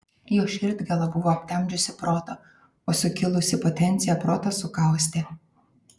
jo širdgėla buvo aptemdžiusi protą o sukilusi potencija protą sukaustė